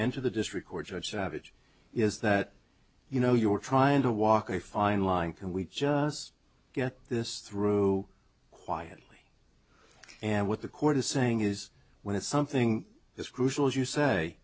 to the district court judge savage is that you know you were trying to walk a fine line can we just get this through quietly and what the court is saying is when it's something that's crucial as you say